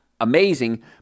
amazing